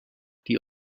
die